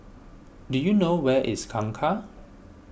do you know where is Kangkar